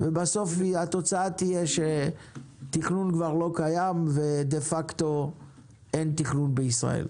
ובסוף התוצאה תהיה שתכנון כבר לא קיים ודה-פקטו אין תכנון בישראל.